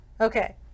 Okay